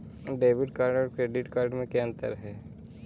Debit card और credit card के क्या क्या नियम हैं?